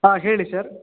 ಹಾಂ ಹೇಳಿ ಸರ್